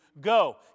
go